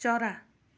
चरा